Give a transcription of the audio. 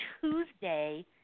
Tuesday